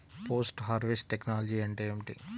Post harvest technology అంటే ఏమిటి?